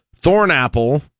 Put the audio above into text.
Thornapple